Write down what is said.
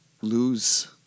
lose